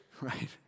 right